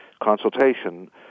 consultation